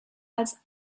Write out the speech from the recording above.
als